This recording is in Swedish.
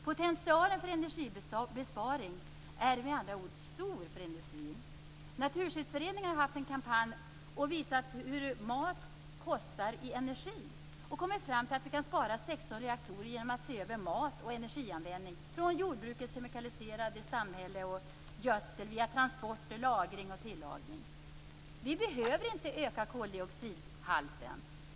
Potentialen för energibesparing är med anda ord stor för industrin. Naturskyddsföreningen har haft en kampanj där man visat hur mycket mat kostar i energi. Man har kommit fram till att vi kan spara 16 reaktorer genom att se över energianvändningen i samband med maten. Det gäller allt från jordbrukets kemikaliserade samhälle och gödsel till transporter, lagring och tillagning. Vi behöver inte öka koldioxidhalten.